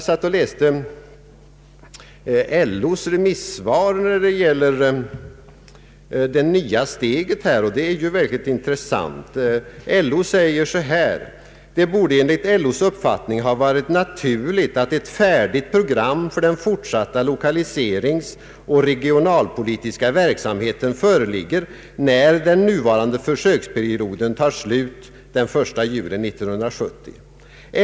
Det är intressant att läsa vad LO sagt i sitt remissvar beträffande det nya steget: ”Det borde enligt LO:s uppfattning ha varit naturligt att ett färdigt program för den fortsatta lokaliseringsoch regionalpolitiska verksamheten föreligger när den nuvarande försöksperioden tar slut den 1 juli 1970.